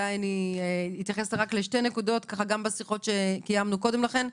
אני אולי אתייחס רק לשתי נקודות גם בשיחות שקיימנו קודם לכן.